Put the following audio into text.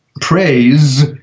praise